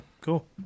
cool